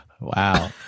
Wow